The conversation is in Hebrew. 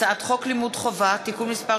הצעת חוק לימוד חובה (תיקון מס'